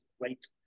great